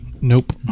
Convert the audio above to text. Nope